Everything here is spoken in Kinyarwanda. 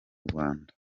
rwanda